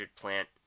plant